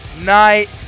night